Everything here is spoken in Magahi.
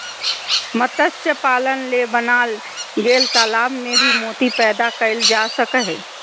मत्स्य पालन ले बनाल गेल तालाब में भी मोती पैदा कइल जा सको हइ